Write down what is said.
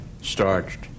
starched